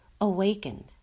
awaken